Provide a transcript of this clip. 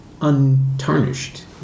untarnished